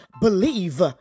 believe